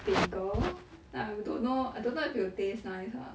bagel like I don't know I don't know if it will taste nice lah